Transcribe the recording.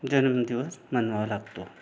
जन्मदिवस मनवावा लागतो